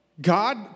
God